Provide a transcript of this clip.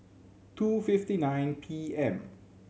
two fifty nine P M